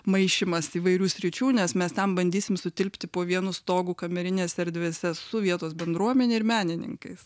maišymas įvairių sričių nes mes ten bandysim sutilpti po vienu stogu kamerinėse erdvėse su vietos bendruomene ir menininkais